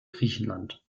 griechenland